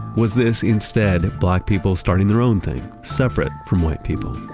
was this instead black people starting their own thing, separate from white people?